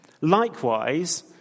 likewise